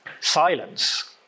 silence